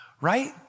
right